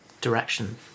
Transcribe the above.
direction